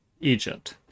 Egypt